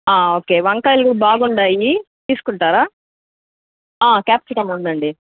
okay వంకాయలు బాగుంన్నాయి తీసుకుంటారా క్యాప్సికమ్ ఉందండి